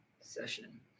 session